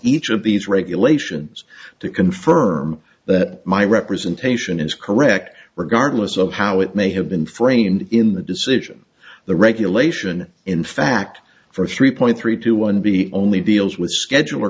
each of these regulations to confirm that my representation is correct regardless of how it may have been framed in the decision the regulation in fact for three point three two one b only deals with schedule